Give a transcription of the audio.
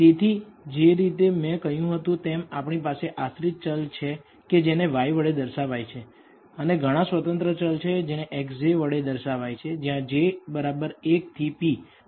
તેથી જે રીતે મેં કહ્યું હતું તેમ આપણી પાસે આશ્રિત ચલ છે કે જેને y વડે દર્શાવાય છે અને ઘણા સ્વતંત્ર ચલ છે જેને x j વડે દર્શાવાય છે જ્યાં j 1 થી p